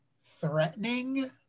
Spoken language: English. threatening